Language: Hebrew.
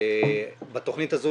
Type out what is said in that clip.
אני